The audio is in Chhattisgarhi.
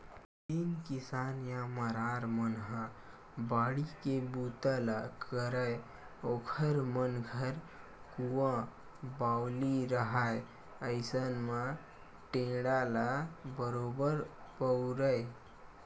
जेन किसान या मरार मन ह बाड़ी के बूता ल करय ओखर मन घर कुँआ बावली रहाय अइसन म टेंड़ा ल बरोबर बउरय